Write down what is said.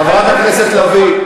חברת הכנסת לביא.